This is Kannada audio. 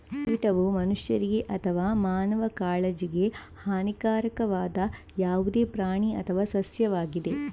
ಕೀಟವು ಮನುಷ್ಯರಿಗೆ ಅಥವಾ ಮಾನವ ಕಾಳಜಿಗೆ ಹಾನಿಕಾರಕವಾದ ಯಾವುದೇ ಪ್ರಾಣಿ ಅಥವಾ ಸಸ್ಯವಾಗಿದೆ